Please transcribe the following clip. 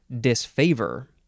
disfavor